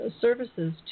services